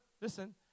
listen